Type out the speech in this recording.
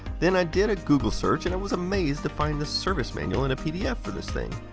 then i did a google search, and was amazed to find the service manual in a pdf for this thing.